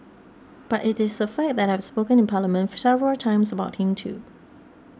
but it is a fact that I have spoken in Parliament several times about him too